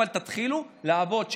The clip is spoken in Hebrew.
אבל תתחילו לעבוד,